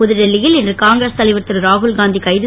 புதுடில்லி யில் இன்று காங்கிரஸ் தலைவர் திருராகுல் காந்தி கைது